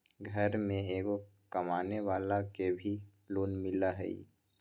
घर में एगो कमानेवाला के भी लोन मिलहई?